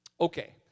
Okay